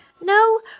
No